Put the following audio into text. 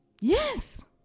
yes